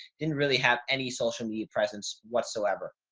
didn't really have any social media presence whatsoever.